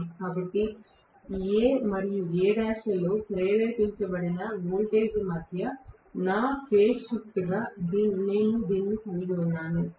కాబట్టి A మరియు Al లలో ప్రేరేపించబడిన వోల్టేజ్ల మధ్య నా ఫేజ్ షిఫ్ట్ గా నేను దీన్ని కలిగి ఉన్నాను